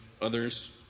others